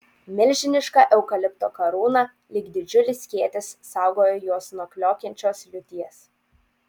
milžiniška eukalipto karūna lyg didžiulis skėtis saugojo juos nuo kliokiančios liūties